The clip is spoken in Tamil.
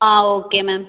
ah okay ma'am